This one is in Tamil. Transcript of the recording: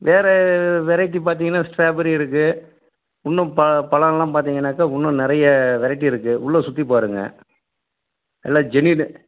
வேறு வெரைட்டி பார்த்திங்கனா ஸ்ட்ராபெரி இருக்குது இன்னும் பழம்லாம் பார்த்திங்கனாக்கா இன்னும் நிறைய வெரைட்டி இருக்குது உள்ளே சுற்றி பாருங்கள் நல்லா ஜென்யூனு